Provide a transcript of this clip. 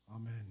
Amen